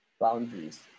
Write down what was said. Boundaries